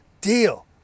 deal